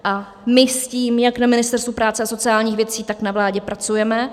A my s tím jak na Ministerstvu práce a sociálních věcí, tak na vládě pracujeme.